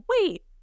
wait